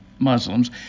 Muslims